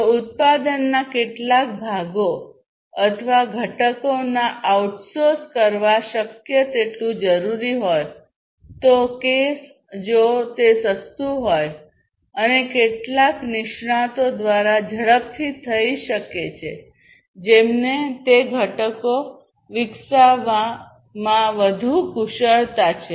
જો ઉત્પાદનના કેટલાક ભાગો અથવા ઘટકોના આઉટસોર્સ કરવા શક્ય તેટલું જરૂરી હોય તો કેસ જો તે સસ્તું હોય અને કેટલાક નિષ્ણાતો દ્વારા ઝડપથી થઈ શકે છે જેમને તે ઘટકો વિકસાવવામાં વધુ કુશળતા છે